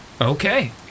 Okay